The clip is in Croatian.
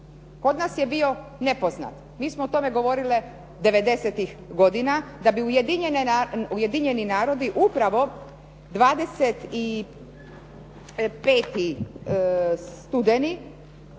Kod nas je bio nepoznat. Mi smo o tome govorile '90.-tih godina, da bi Ujedinjeni narodi upravo 25. studeni